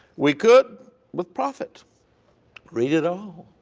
we could with profit read it all.